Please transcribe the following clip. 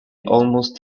almost